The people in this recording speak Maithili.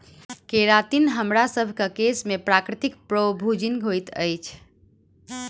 केरातिन हमरासभ केँ केश में प्राकृतिक प्रोभूजिन होइत अछि